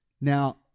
Now